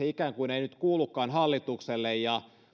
ikään kuin ei nyt kuulukaan hallitukselle